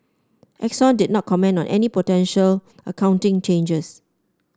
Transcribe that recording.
Exxon did not comment on any potential accounting changes